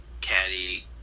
caddy